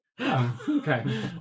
Okay